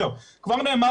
כבר נאמר,